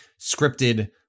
scripted